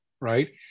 right